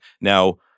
now